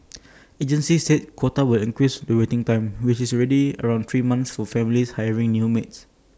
agencies said the quota will increase the waiting time which is already around three months for families hiring new maids